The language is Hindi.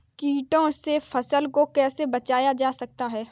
कीटों से फसल को कैसे बचाया जा सकता है?